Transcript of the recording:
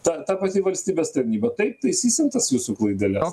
ta ta pati valstybės tarnyba taip taisysim tas jūsų klaideles